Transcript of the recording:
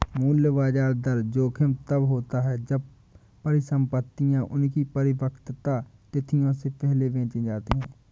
मूल्य ब्याज दर जोखिम तब होता है जब परिसंपतियाँ उनकी परिपक्वता तिथियों से पहले बेची जाती है